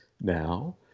now